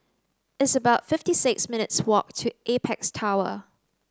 it's about fifty six minutes' walk to Apex Tower